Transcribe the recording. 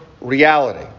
reality